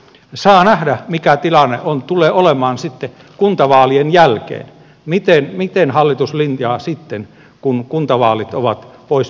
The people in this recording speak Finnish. saa nähdä mikä tilanne tulee olemaan sitten kuntavaalien jälkeen miten hallitus linjaa sitten kun kuntavaalit ovat pois päiväjärjestyksestä